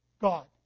God